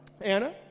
Anna